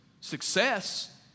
success